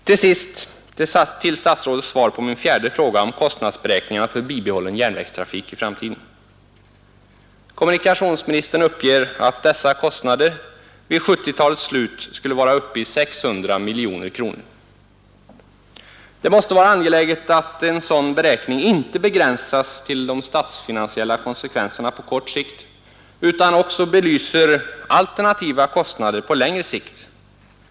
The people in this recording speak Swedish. Slutligen några ord rörande statsrådet svar på min fjärde fråga om kostnadsberäkningarna för bibehållen järnvägstrafik i framtiden. Kommunikationsministern uppger att dessa kostnader vid 1970-talets slut skulle vara uppe i 600 miljoner kronor. Det måste vara angeläget att en sådan beräkning inte begränsas till de statsfinansiella konsekvenserna på kort sikt utan också belyser alternativa kostnader på längre sikt.